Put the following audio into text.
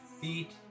feet